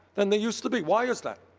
than they used to be. why is that?